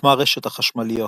הוקמה רשת החשמליות.